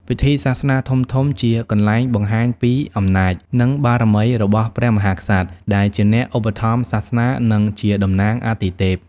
ពិធីសាសនាធំៗជាកន្លែងបង្ហាញពីអំណាច និងបារមីរបស់ព្រះមហាក្សត្រ ដែលជាអ្នកឧបត្ថម្ភសាសនា និងជាតំណាងអាទិទេព។